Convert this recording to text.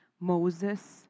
Moses